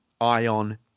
ion